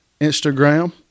Instagram